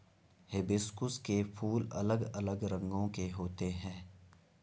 hibiscus के फूल अलग अलग रंगो के होते है